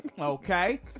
okay